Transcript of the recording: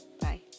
Bye